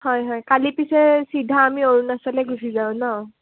হয় হয় কালি পিছে চিধা আমি অৰুণাচলৈ গুচি যাওঁ ন